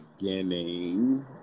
beginning